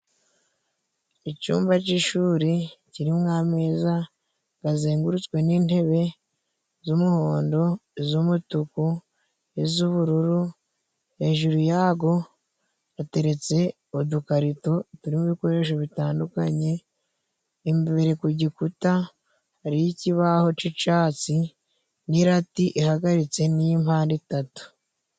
Icumba c'ishuri kirimwa ameza, gazengurutswe n'intebe z'umuhondo, iz'umutuku n'iz'ubururu, hejuru yago hateretse udukarito turimo ibikoresho bitandukanye, imbere ku gikuta hariho ikibaho c'icatsi n'irati ihagaritse n'impande itatu.